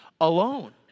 alone